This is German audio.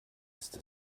ist